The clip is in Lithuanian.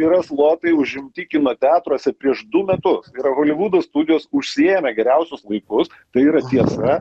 yra slotai užimti kino teatruose prieš du metus yra holivudo studijos užsiėmę geriausius laikus tai yra tiesa